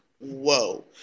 whoa